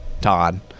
Todd